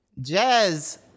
Jazz